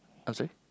I'm sorry